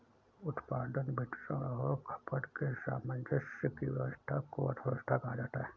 उत्पादन, वितरण और खपत के सामंजस्य की व्यस्वस्था को अर्थव्यवस्था कहा जाता है